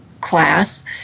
class